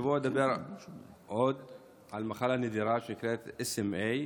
השבוע אדבר על מחלה נדירה שנקראת SMA,